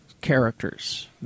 characters